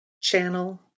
channel